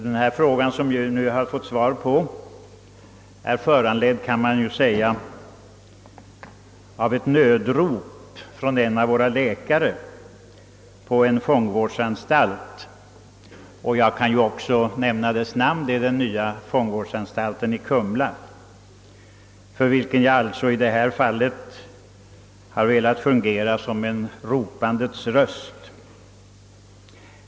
Min fråga föranleddes av ett »nödrop» från en av våra läkare på en fångvårdsanstalt, jag kan för övrigt nämna dess namn, det är den nya fångvårdsanstalten i Kumla, för vilken läkare jag alltså velat fungera som »en ropandes röst».